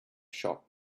shop